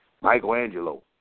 Michelangelo